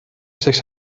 sex